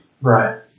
Right